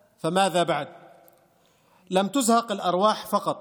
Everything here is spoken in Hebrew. אפילו כבר אין די דמעות לשכך באמצעותן את הצער שלנו.